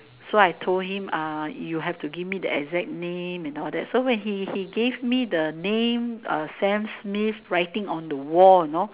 so I told him uh you have to give me the exact name and all that so when he he gave me the name a Sam-Smith writing on the wall you know